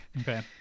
Okay